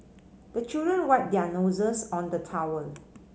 the children wipe their noses on the towel